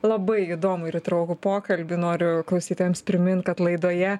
labai įdomų ir įtraukų pokalbį noriu klausytojams primint kad laidoje